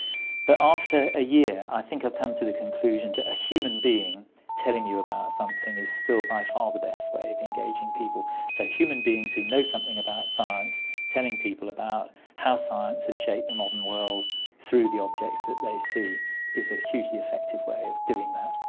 but after a year i think i've come to the conclusion that a human being telling you about something is still by far the best way of engaging people. so human beings who know something about science telling people about how science has shaped the modern world through the objects that they see is a hugely effective way of doing that.